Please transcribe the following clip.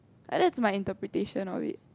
and that's my interpretation of it